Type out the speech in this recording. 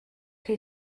que